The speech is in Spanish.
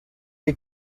que